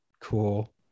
cool